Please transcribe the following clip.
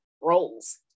roles